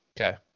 Okay